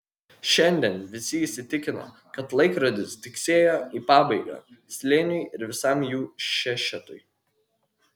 šiandien visi įsitikino kad laikrodis tiksėjo į pabaigą slėniui ir visam jų šešetui